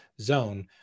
zone